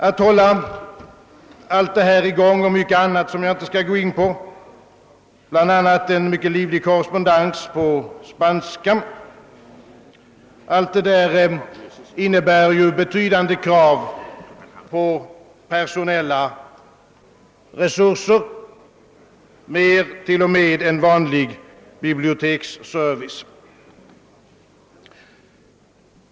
Man gör mycket annat också; man har bl.a. en mycket livlig korrespondens på spanska. Att hålla allt detta i gång ställer betydande krav på personella resurser, t.o.m. större krav än vanlig biblioteksservice.